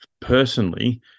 personally